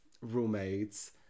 roommates